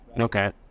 Okay